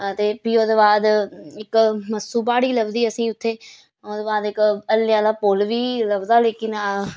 ते फ्ही ओह्दे बाद इक मस्सु प्हाड़ी लभदी असें उत्थें ओह्दे बाद इक हलने आह्ला पुल बी लभदा लेकिन